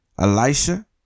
Elisha